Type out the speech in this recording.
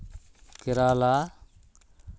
Kerala